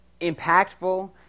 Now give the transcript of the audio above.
impactful